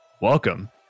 Welcome